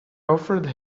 offered